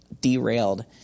derailed